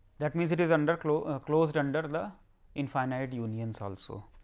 that means, it is under closed closed under the infinite union so also.